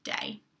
day